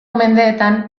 mendeetan